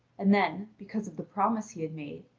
and then, because of the promise he had made,